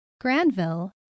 granville